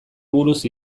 buruz